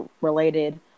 related